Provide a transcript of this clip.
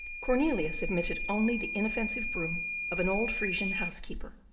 cornelius admitted only the inoffensive broom of an old frisian housekeeper,